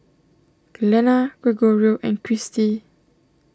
Glenna Gregorio and Christi